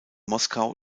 moskau